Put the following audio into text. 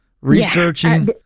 Researching